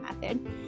method